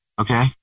Okay